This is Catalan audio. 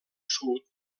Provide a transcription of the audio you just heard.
sud